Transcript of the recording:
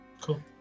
cool